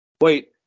wait